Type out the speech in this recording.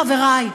חברי,